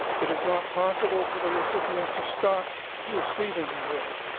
it is not possible for the recipient to stop receiving the drug.